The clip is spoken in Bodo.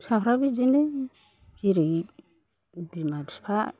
फिसाफ्राबो बिदिनो जेरै बिमा बिफा